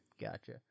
gotcha